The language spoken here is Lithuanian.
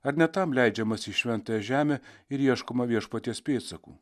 ar ne tam leidžiamasi į šventąją žemę ir ieškoma viešpaties pėdsakų